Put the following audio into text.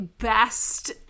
best